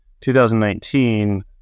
2019